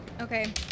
Okay